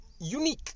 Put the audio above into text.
unique